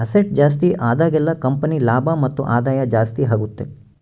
asset ಜಾಸ್ತಿ ಆದಾಗೆಲ್ಲ company ಲಾಭ ಮತ್ತು ಆದಾಯ ಜಾಸ್ತಿ ಆಗುತ್ತೆ